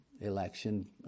election